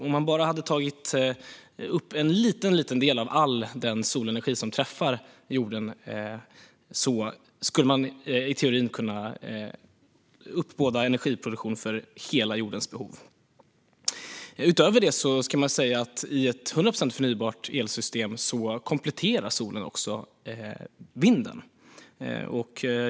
Om man bara hade tagit upp en liten del av all den solenergi som träffar jorden skulle man i teorin kunna uppbåda energi för hela jordens behov. Utöver detta kan man säga att solen i ett 100 procent förnybart energisystem också kompletterar vinden.